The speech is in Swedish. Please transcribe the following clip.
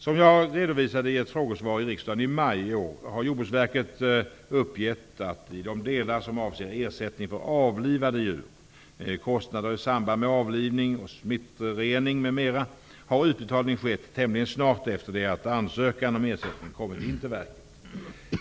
Som jag redovisade i ett frågesvar i riksdagen i maj i år, har Jordbruksverket uppgett att i de delar som avser ersättning för avlivade djur, kostnader i samband med avlivning och smittrening m.m. har utbetalning skett tämligen snart efter det att ansökan om ersättning kommit in till verket.